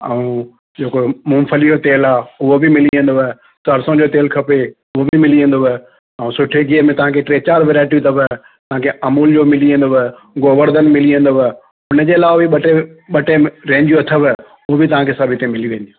ऐं जेको मूंगफली जो तेल आहे उहो बि मिली वेंदव सरसो जो तेल खपे उहो बि मिली वेंदव ऐं सुठे गिहु में तव्हांखे टे चारि वैरायटियूं अथव तव्हांखे अमूल जो मिली वेंदव गोवर्धन मिली वेंदव हुन जे अलावा बि ॿ टे ॿ टे रेंजियूं अथव उहो बि तव्हांखे सभु हिते मिली वेंदियूं